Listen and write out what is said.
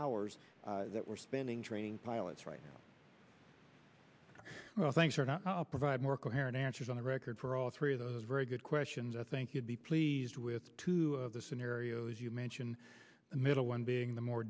hours that we're spending training pilots right now thanks for not provide more coherent answers on the record for all three of those very good questions i think you'd be pleased with the two scenarios you mentioned the middle one being the more